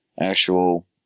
actual